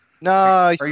No